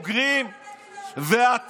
הם מפגינים נגדך ונגד ראש הממשלה שלך.